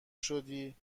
شدی